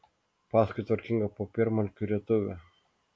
paskui tvarkingą popiermalkių rietuvę